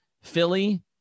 Philly